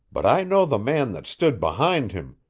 but i know the man that stood behind him,